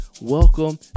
welcome